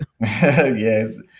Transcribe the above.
Yes